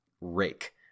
rake